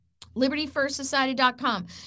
LibertyFirstSociety.com